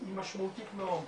משמעותית מאוד,